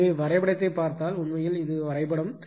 எனவே வரைபடத்தைப் பார்த்தால் உண்மையில் இது வரைபடம்